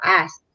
ask